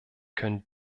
können